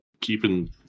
keeping